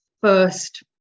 first